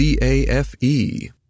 CAFE